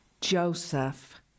Joseph